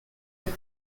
have